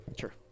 Sure